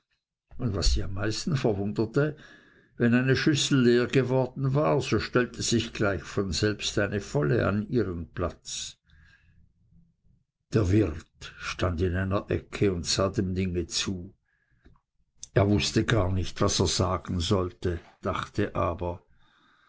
und was sie am meisten verwunderte wenn eine schüssel leer geworden war so stellte sich gleich von selbst eine volle an ihren platz der wirt stand in einer ecke und sah dem dinge zu er wußte gar nicht was er sagen sollte dachte aber